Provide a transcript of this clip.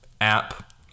app